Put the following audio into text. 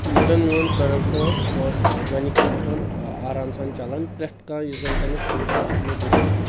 یُس زن میون پروڈکٹ اوس سُہ اوس گۄڈنِکٮ۪ن دۄہن آرام سان چلان پرٮ۪تھ کانٛہہ یُس زن تمیُک فیوچر اوس تِمو دِیُتمُت